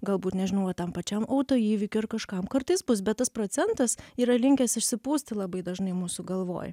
galbūt nežinau va tam pačiam autoįvykiui ar kažkam kartais bus bet tas procentas yra linkęs išsipūsti labai dažnai mūsų galvoj